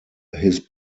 his